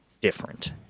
different